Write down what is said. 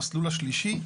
המסלול השלילי,